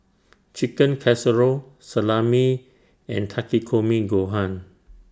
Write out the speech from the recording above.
Chicken Casserole Salami and Takikomi Gohan